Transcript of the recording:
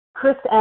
Chris